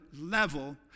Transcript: level